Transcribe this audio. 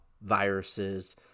viruses